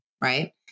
Right